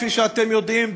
כפי שאתם יודעים,